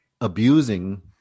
abusing